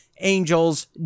Angels